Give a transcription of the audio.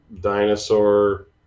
Dinosaur